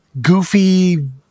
goofy